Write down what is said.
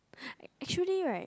actually right